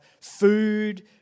food